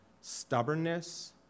stubbornness